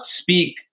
speak